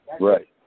Right